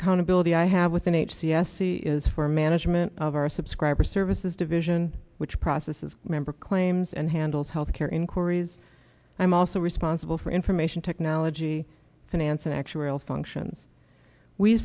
accountability i have with n h c s c is for management of our subscriber services division which processes member claims and handles health care inquiries i'm also responsible for information technology finance and actuarial functions we